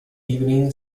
evening